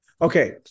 Okay